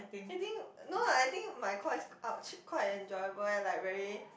I think no lah I think my course is !ouch! quite enjoyable eh like very